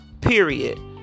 period